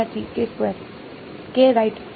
વિધ્યાર્થી k right